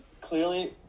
clearly